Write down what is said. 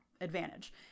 advantage